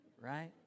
right